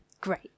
Great